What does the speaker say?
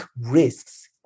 risks